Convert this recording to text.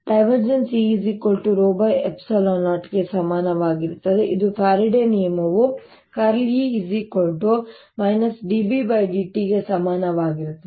E ρ ε0 ಗೆ ಸಮಾನವಾಗಿರುತ್ತದೆ ಇದು ಫ್ಯಾರಡೆ ನಿಯಮವು ▽× E dBdt ಗೆ ಸಮಾನವಾಗಿರುತ್ತದೆ